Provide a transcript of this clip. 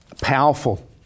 powerful